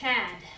Tad